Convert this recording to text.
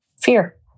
Fear